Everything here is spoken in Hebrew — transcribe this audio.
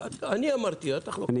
קדמי, אני אמרתי, אל תחלוק על זה.